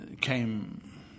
came